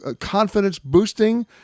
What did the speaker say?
confidence-boosting